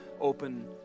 open